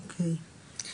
אוקיי.